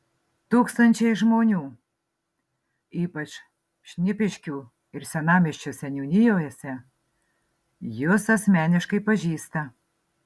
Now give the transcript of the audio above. tūkstančiai žmonių ypač šnipiškių ir senamiesčio seniūnijose jus asmeniškai pažįsta